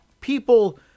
people